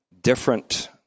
different